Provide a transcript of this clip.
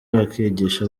bakigisha